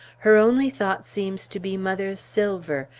her only thought seems to be mother's silver,